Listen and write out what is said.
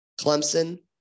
Clemson